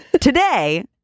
Today